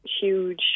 huge